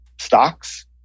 stocks